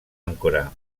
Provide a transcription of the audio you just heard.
àncora